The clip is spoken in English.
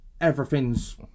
everything's